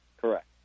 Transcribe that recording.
Correct